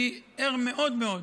אני ער מאוד מאוד,